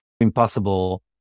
impossible